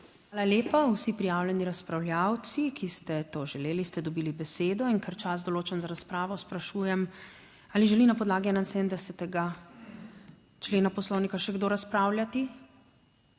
Hvala lepa. Vsi prijavljeni razpravljavci, ki ste to želeli ste dobili besedo. Ker čas določen za razpravo, sprašujem ali želi na podlagi 71. člena poslovnika še kdo razpravljati?